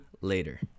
later